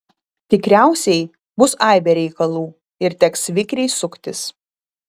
tikriausiai bus aibė reikalų ir teks vikriai suktis